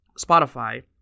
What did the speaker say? Spotify